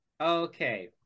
okay